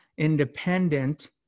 independent